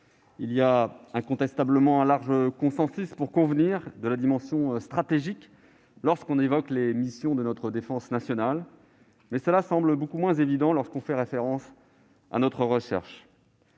Il y a incontestablement un large consensus pour convenir de la dimension stratégique lorsqu'on évoque les missions de notre défense nationale, mais cela semble beaucoup moins évident lorsqu'on fait référence à notre recherche.